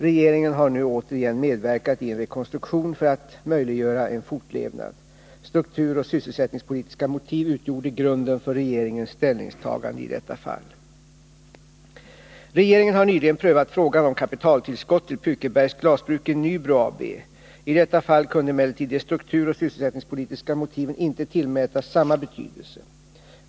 Regeringen har nu återigen medverkat i en rekonstruktion för att möjliggöra en fortlevnad. Strukturoch sysselsättningspolitiska motiv utgjorde grunden för regeringens ställningstagande i detta fall. Regeringen har nyligen prövat frågan om kapitaltillskott till Pukebergs glasbruk i Nybro AB. I detta fall kunde emellertid de strukturoch sysselsättningspolitiska motiven inte tillmätas samma betydelse.